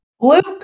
Luke